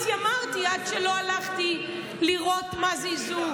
התיימרתי עד שלא הלכתי לראות מה זה איזוק,